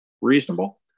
reasonable